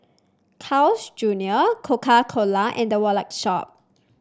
Carl's Junior Coca Cola and The Wallet Shop